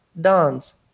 dance